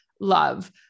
love